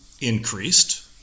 increased